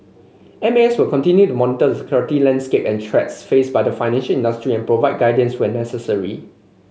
M A S will continue to monitor the security landscape and threats faced by the financial industry and provide guidance when necessary